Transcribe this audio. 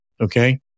Okay